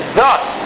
thus